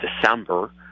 December